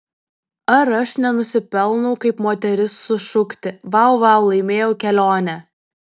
ar aš nenusipelnau kaip moteris sušukti vau vau laimėjau kelionę